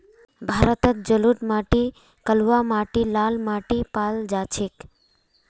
भारतत जलोढ़ माटी कलवा माटी लाल माटी पाल जा छेक